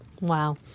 Wow